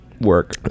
work